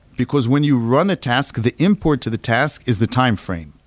because when you run a task, the import to the task is the timeframe